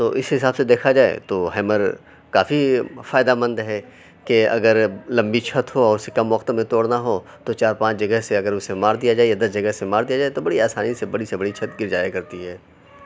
تو اس حساب سے دیکھا جائے تو ہیمر کافی فائدہ مند ہے کہ اگر لمبی چھت ہو اور اسے کم وقت میں توڑنا ہو تو چار پانچ جگہ سے اگر اسے مار دیا جائے یا دس جگہ سے مار دیا جائے تو بڑی آسانی سے بڑی سے بڑی چھت گر جایا کرتی ہے